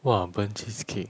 !wah! ben cheesecake